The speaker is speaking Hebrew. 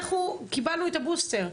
אנחנו קיבלנו את הבוסטר,